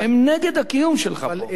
הם נגד הקיום שלך פה.